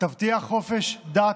תבטיח חופש דת,